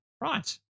Right